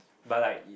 but like